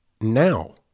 now